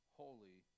holy